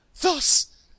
Thus